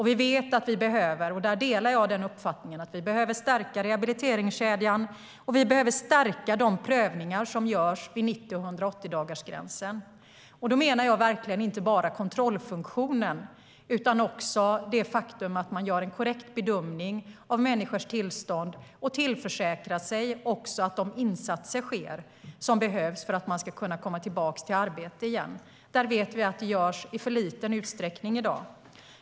Jag delar uppfattningen att vi behöver stärka rehabiliteringskedjan och de prövningar som görs vid 90 och 180-dagarsgränserna. Jag menar verkligen inte bara kontrollfunktionen utan också det faktum att man gör en korrekt bedömning av människors tillstånd och försäkrar sig om att de insatser sker som behövs för att människor ska kunna komma tillbaka till arbete igen. Det vet vi sker i för liten utsträckning i dag.